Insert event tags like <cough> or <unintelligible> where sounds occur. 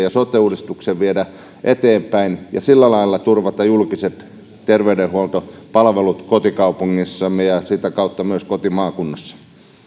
<unintelligible> ja sote uudistuksen viedä eteenpäin ja sillä lailla turvata julkiset terveydenhuoltopalvelut kotikaupungissamme ja sitä kautta myös kotimaakunnassamme